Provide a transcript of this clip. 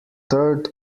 third